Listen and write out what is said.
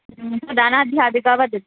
दानाध्यापिका वदति